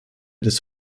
des